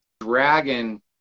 dragon